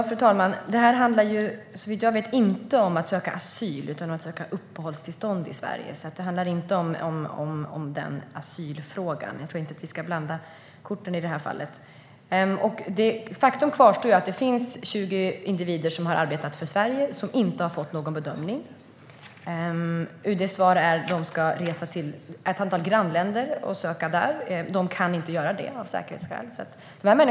Fru talman! Såvitt jag vet handlar detta inte om att söka asyl utan om att söka uppehållstillstånd i Sverige. Det handlar alltså inte om asylfrågan - jag tror inte att vi ska blanda ihop dessa två saker i det här fallet. Faktum kvarstår: Det finns 20 individer som har arbetat för Sverige som inte har fått någon bedömning. UD:s svar är att de ska resa till något av ett antal grannländer och göra ansökan där, vilket de av säkerhetsskäl inte kan göra.